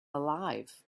alive